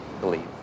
believe